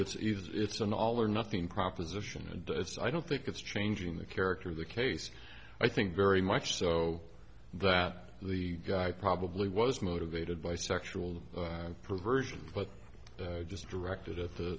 it's either it's an all or nothing proposition and it's i don't think it's changing the character of the case i think very much so that the guy probably was motivated by sexual perversion but just directed at the